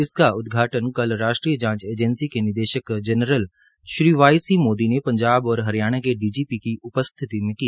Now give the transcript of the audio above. इसका उदघाटन् कल राष्ट्रीय जांच एजेंसी के निदेशक general Shri Y C Modi ने पंजाब और हरियाण के डीजीपी की उपस्थिति में किया